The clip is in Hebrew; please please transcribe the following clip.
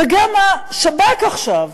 וגם השב"כ עכשיו